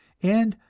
and,